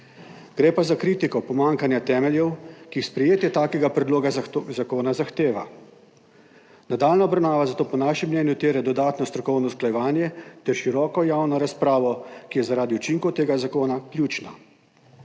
Gre pa za kritiko pomanjkanja temeljev, ki jih zahteva sprejetje takega predloga zakona. Nadaljnja obravnava zato po našem mnenju terja dodatno strokovno usklajevanje ter široko javno razpravo, ki je zaradi učinkov tega zakona ključna.